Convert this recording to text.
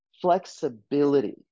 flexibility